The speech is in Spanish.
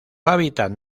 hábitat